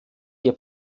ihr